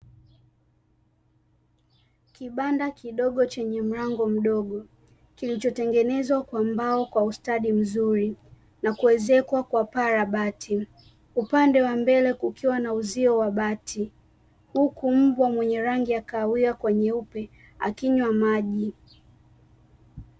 Kibanda kidogo chenye mlango mdogo, kilichotengenezwa kwa mbao kwa ustadi mzuri na kuezekwa kwa paa la bati. Upande wa mbele kukiwa na uzio wa bati, huku mbwa mwenye rangi ya kahawia kwa nyeupe akinywa maji.